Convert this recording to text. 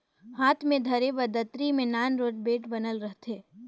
हाथ मे धरे बर दतरी मे नान रोट बेठ बनल रहथे